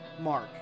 mark